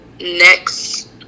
next